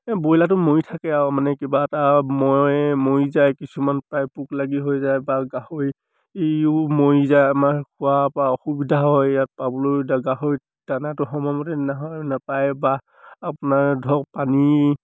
ব্ৰইলাৰটো মৰি থাকে আৰু মানে কিবা এটা মৰি মৰি যায় কিছুমান প্ৰায় পোক লাগি হৈ যায় বা গাহৰিও মৰি যায় আমাৰ খোৱাৰপৰা অসুবিধা হয় ইয়াত পাবলৈ গাহৰিত দানাটো সময়মতে নহয় নেপায় বা আপোনাৰ ধৰক পানী